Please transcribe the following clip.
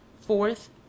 fourth